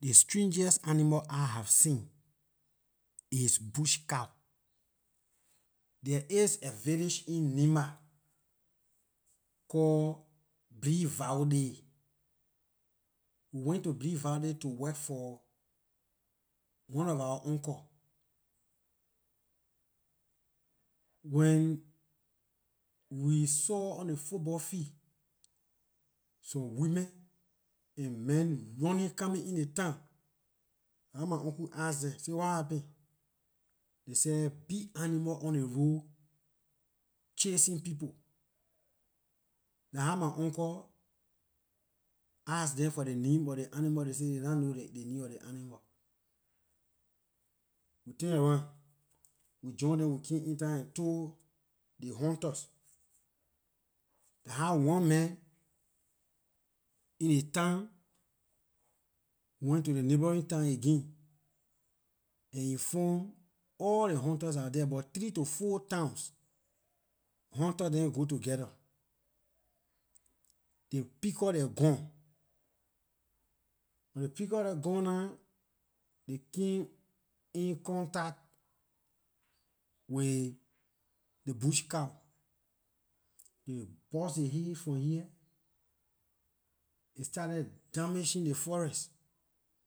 Ley strangest animal I have seen is bush cow there is a village in nimba called blevahundi we went to blevahundi to work for one of our uncle when we saw on ley football field some women and men running coming in ley town dah how my uncle ask them say what happen they said big animal on ley road chasing people dah how my uncle ask them for ley name of ley animal they say they nah know the name of ley animal we turn around we join them and came in town and told ley hunters dah how one man in ley town went to ley neighboring town again and inform all ley hunters dah wor there about three to four towns hunters dem go together they pick up their gun when they pick up their gun nah they came in contact with ley bush cow they burst aay head from here aay started damaging ley forest